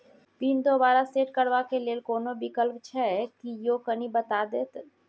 Pin दोबारा set करबा के लेल कोनो विकल्प छै की यो कनी बता देत?